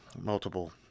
multiple